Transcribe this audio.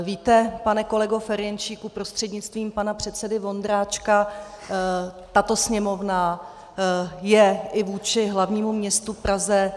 Víte, pane kolego Ferjenčíku prostřednictvím pana předsedy Vondráčka, tato Sněmovna je i vůči hlavnímu městu Praze...